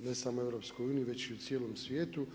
ne samo u EU već i u cijelom svijetu.